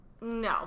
No